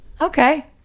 Okay